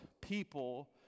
people